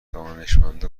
دانشمندا